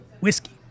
Whiskey